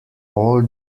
all